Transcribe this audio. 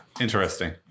interesting